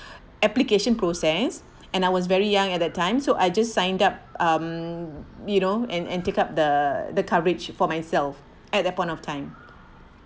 application process and I was very young at that time so I just signed up um you know and and take up the the coverage for myself at that point of time